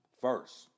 first